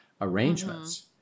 arrangements